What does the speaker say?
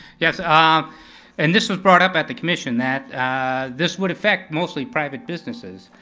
yeah ah and this was brought up at the commission, that this would affect mostly private businesses.